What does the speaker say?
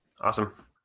Awesome